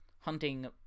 hunting